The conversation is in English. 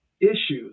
issues